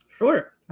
Sure